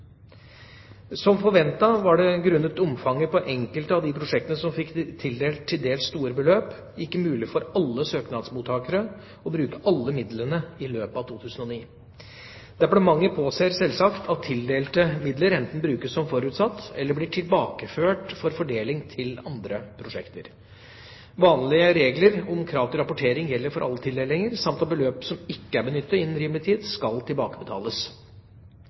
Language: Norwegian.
Som forventet var det grunnet omfanget på enkelte av de prosjektene som fikk tildelt til dels store beløp, ikke mulig for alle søknadsmottakerne å bruke alle midlene i løpet av 2009. Departementet påser sjølsagt at tildelte midler enten brukes som forutsatt, eller blir tilbakeført for fordeling til andre prosjekter. Vanlige regler om krav til rapportering gjelder for alle tildelinger, samt at beløp som ikke er benyttet innen rimelig tid, skal tilbakebetales.